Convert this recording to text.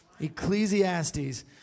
Ecclesiastes